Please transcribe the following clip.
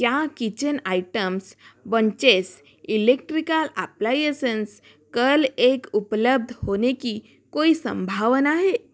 क्या kitchen items bunches electric appliances कल एक उपलब्ध होने की कोई संभावना है